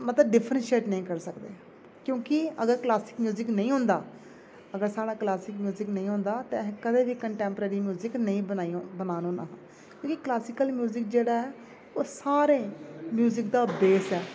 मतलब डिफ्रंशेट नेईं करी सकदे क्य़ोंकि अगर क्लासिकल म्यूजिक नेईं होंदा अगर साढ़ा क्लासिकल म्यूजिक नेईं होंदा ते अहें कदें बी कंटैंप्रेरी म्यूजिक नेईं बनान होना हा कि क्लासिकल म्यूजिक जेह्ड़ा ऐ ओह् सारें म्यूजिक दा बेस ऐ